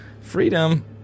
Freedom